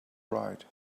right